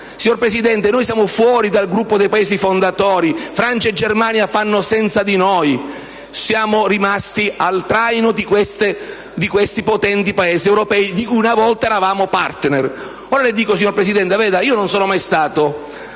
Signor Presidente, noi siamo fuori dal gruppo dei Paesi fondatori. Francia e Germania fanno senza di noi. Siamo rimasti al traino di questi potenti Paesi europei di cui una volta eravamo *partner*. Signor Presidente, io non sono mai stato